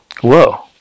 Whoa